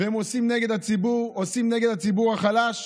ועושים נגד הציבור, עושים נגד הציבור החלש.